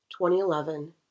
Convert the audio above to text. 2011